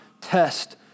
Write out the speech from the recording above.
test